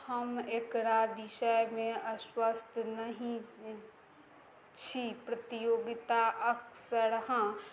हम एकरा विषयमे आश्वस्त नहि छी प्रतियोगिता अक्सरहाँ